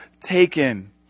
taken